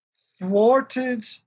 thwarted